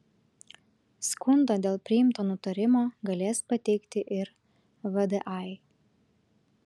skundą dėl priimto nutarimo galės pateikti ir vdai